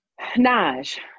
Naj